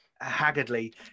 haggardly